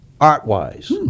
art-wise